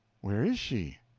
where is she?